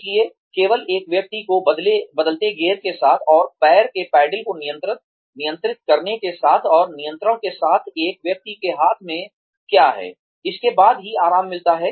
इसलिए केवल एक व्यक्ति को बदलते गियर के साथ और पैर के पैडल को नियंत्रित करने के साथ और नियंत्रण के साथ एक व्यक्ति के हाथ में क्या है इसके बाद ही आराम मिलता है